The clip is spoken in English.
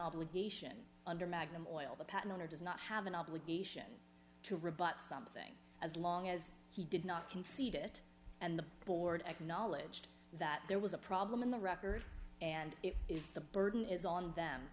obligation under magnum oil the patent owner does not have an obligation to rebut something as long as he did not concede it and the board acknowledged that there was a problem in the record and if the burden is on them